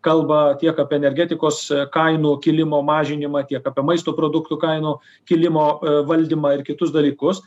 kalba tiek apie energetikos kainų kilimo mažinimą tiek apie maisto produktų kainų kilimo valdymą ir kitus dalykus